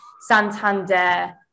santander